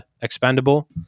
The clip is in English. expendable